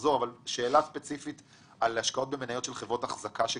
שאלה ספציפית על השקעה במניות של חברות אחזקה שקרסו.